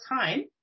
time